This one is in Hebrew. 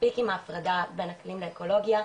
מספיק עם ההפרדה בין אקלים לאקולוגיה.